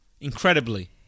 Incredibly